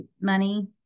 money